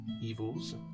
evils